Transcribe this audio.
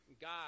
God